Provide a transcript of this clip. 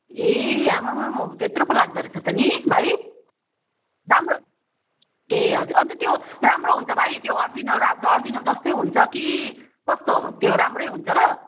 ए आमामामा त्यत्रो पो लाग्दोरहेछ त नि भाइ राम्रो ए हजुर अन्त त्यो राम्रो हुन्छ भाइ त्यो अर्जिनल अब अर्जिनल जस्तै हुन्छ कि कस्तो त्यो राम्रै हुन्छ र